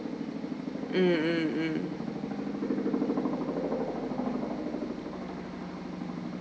mm mm mm